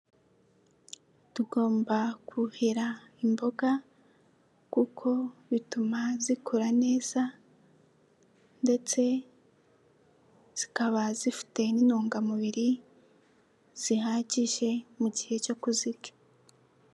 Tugomba kuhira imboga kuko bituma zikora neza ndetse zikaba zifite n'intungamubiri, zihagije mu gihe cyo kuzirya.